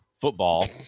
football